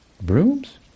Brooms